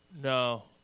No